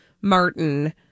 Martin